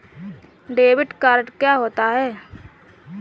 Debit card क्या होता है?